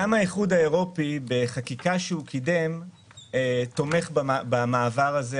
גם האיחוד האירופי בחקיקה שהוא קידם תומך במעבר הזה,